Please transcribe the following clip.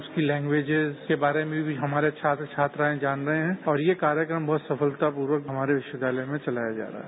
उसकी लेंग्वेजेस के बारे में मी हमारे छात्र छात्राएं जान रहे हैं और ये कार्यक्रम बहुत सफलतापूर्वक हमारे विश्वविद्यालय में चलाया जा रहा है